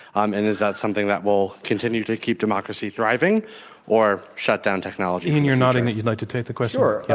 um and is that something that will continue to keep democracy driving or shut down technology? ian, you're nodding that you'd like to take the question? sure, yeah